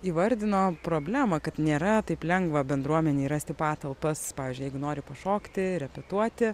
įvardino problemą kad nėra taip lengva bendruomenei rasti patalpas pavyzdžiui jeigu nori pašokti repetuoti